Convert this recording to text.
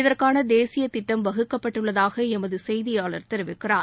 இதற்கான தேசிய திட்டம் வகுக்கப்பட்டுள்ளதாக எமது செய்தியாளர் தெரிவிக்கிறார்